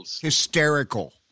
hysterical